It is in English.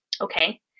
Okay